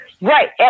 Right